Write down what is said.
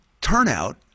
turnout